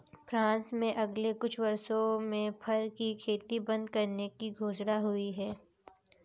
France में अगले कुछ वर्षों में फर की खेती बंद करने की घोषणा हुई है